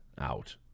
out